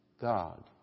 God